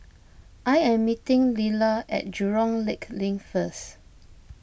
I am meeting Leala at Jurong Lake Link first